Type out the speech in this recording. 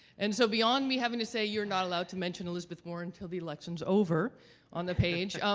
and so beyond me having to say you're not allowed to mention elizabeth warren until the election's over on the page,